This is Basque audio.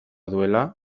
duela